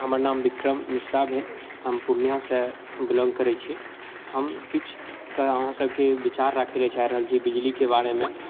हमर नाम विक्रम मिश्रा भेल हम पूर्णियासँ बिलौंग करै छी हम किछु अहाँ सभके विचार राखै लए चाहि रहल छी बिजलीके बारेमे